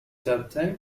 website